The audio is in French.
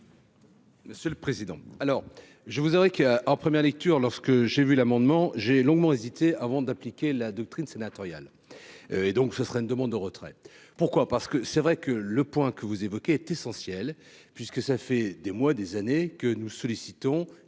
Monsieur le président, alors je vous qu'en première lecture, lorsque j'ai vu l'amendement j'ai longuement hésité avant d'appliquer la doctrine sénatoriales et donc ce serait une demande de retraite, pourquoi, parce que c'est vrai que le point que vous évoquez est essentiel puisque ça fait des mois, des années que nous sollicitons